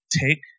take